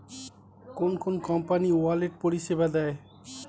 কোন কোন company wallet পরিষেবা দেয়?